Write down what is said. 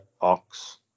Ox